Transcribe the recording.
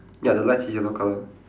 ya the lights is yellow colour